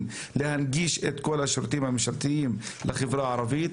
להנגיש את כל השירותים הממשלתיים לחברה הערבית,